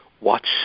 watch